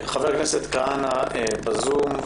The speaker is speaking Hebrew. חבר הכנסת כהנא בזום,